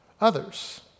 others